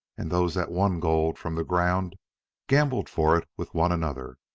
and those that won gold from the ground gambled for it with one another.